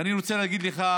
ואני רוצה להגיד לך,